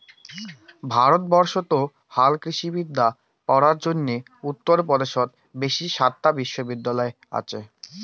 ভারতবর্ষত হালকৃষিবিদ্যা পড়ার জইন্যে উত্তর পদেশত বেশি সাতটা বিশ্ববিদ্যালয় আচে